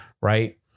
right